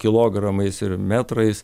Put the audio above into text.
kilogramais ir metrais